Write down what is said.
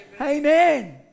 Amen